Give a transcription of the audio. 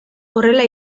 horrela